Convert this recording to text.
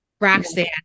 Roxanne